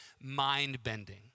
mind-bending